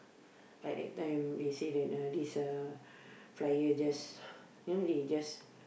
like that time they say that uh this uh flyer just you know they just